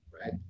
right